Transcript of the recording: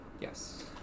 Yes